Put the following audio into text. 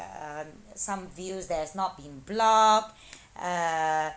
um some views that's not been block uh